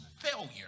failure